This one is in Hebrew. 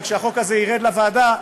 וכשהחוק הזה ירד לוועדה,